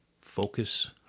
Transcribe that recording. focus